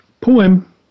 poem